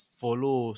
follow